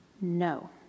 No